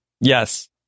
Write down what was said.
Yes